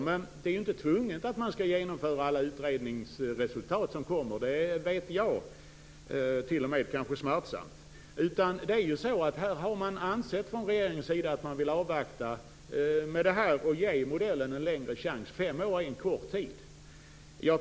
Men man är ju inte tvungen att förverkliga alla utredningsresultat - det har t.o.m. jag smärtsamma erfarenheter av. Här har regeringen ansett att man vill avvakta och ge modellen en ytterligare chans. Fem år är en kort tid.